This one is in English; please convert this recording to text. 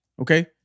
Okay